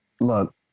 look